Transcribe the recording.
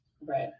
Right